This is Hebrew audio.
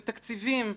בתקציבים,